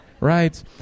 right